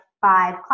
Five